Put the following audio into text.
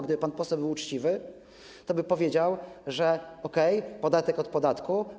Gdyby pan poseł był uczciwy, toby powiedział: okej, podatek od podatku.